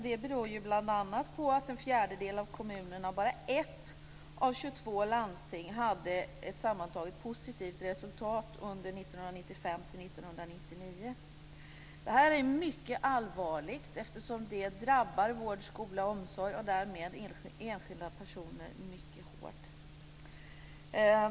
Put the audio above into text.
Det beror bl.a. på att en fjärdedel av kommunerna och bara ett av tjugotvå landsting hade ett sammantaget positivt resultat under 1995 till 1999. Det här är mycket allvarligt eftersom det drabbar vård, skola och omsorg och därmed enskilda personer mycket hårt.